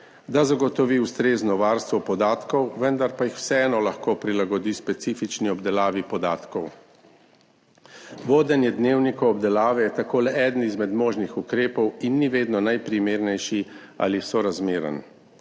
da zagotovi ustrezno varstvo podatkov, vendar pa jih vseeno lahko prilagodi specifični obdelavi podatkov. Vodenje dnevnikov obdelave je tako le eden izmed možnih ukrepov in ni vedno najprimernejši ali sorazmeren.